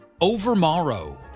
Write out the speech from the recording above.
overmorrow